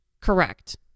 Correct